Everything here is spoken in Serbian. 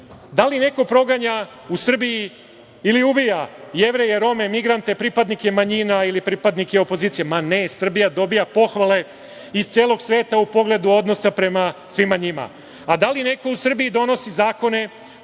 Da li neko proganja u Srbiji ili ubija Jevreje, Rome, migrante, pripadnike manjina ili pripadnike opozicije? Ma ne. Srbija dobija pohvale iz celog sveta u pogledu odnosa prema svima njima. Da li neko u Srbiji donosi zakone